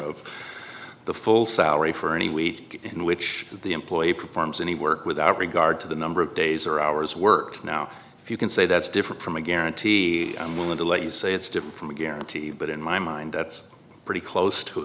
of the full salary for any week in which the employer performs any work without regard to the number of days or hours work now if you can say that's different from a guarantee i'm willing to let you say it's different from a guarantee but in my mind that's pretty close to